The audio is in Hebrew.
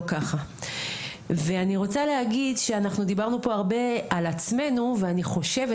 ככה ואני רוצה להגיד שאנחנו דיברנו פה הרבה על עצמנו ואני חושבת